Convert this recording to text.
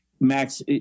max